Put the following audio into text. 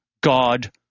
God